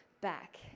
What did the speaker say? back